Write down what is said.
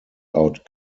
out